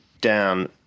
down